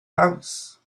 house